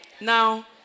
Now